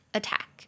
attack